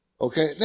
Okay